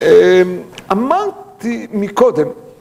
אמרתי מקודם